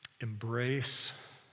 embrace